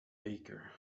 baker